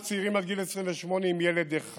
גם בוועדת הכספים הכנסנו צעירים עד גיל 28 עם ילד אחד,